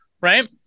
right